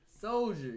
Soldier